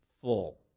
full